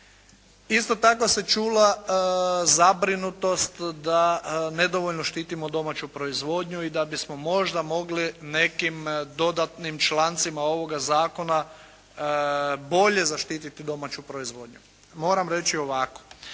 Isto tako se čula zabrinutost da nedovoljno štitimo domaću proizvodnju i da bismo možda mogli nekim dodatnim člancima ovoga Zakona bolje zaštiti domaću proizvodnju. Moram reći ovako.